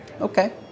Okay